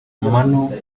manu